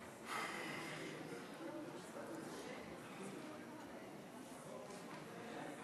חוק החברות (תיקון מס' 25),